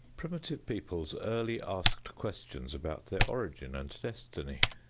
primitive peoples early asked questions about their origin and destiny.